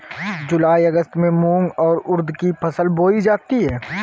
जूलाई अगस्त में मूंग और उर्द की फसल बोई जाती है